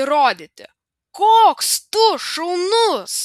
įrodyti koks tu šaunus